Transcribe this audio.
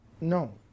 No